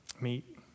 meet